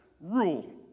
rule